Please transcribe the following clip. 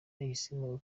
yahisemo